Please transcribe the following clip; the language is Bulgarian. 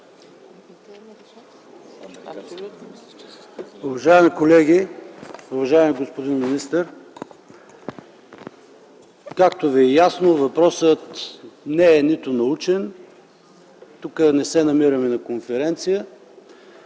Уважаеми колеги, уважаеми господин министър! Както ви е ясно, въпросът не е научен, тук не се намираме на конференция.